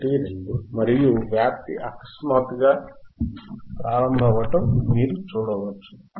12 మరియు వ్యాప్తి అకస్మాత్తుగా ప్రారంభమవటం మీరు చూడవచ్చు